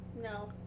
No